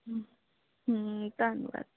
ਧੰਨਵਾਦ